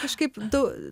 kažkaip tu